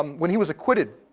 um when he was acquitted.